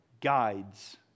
guides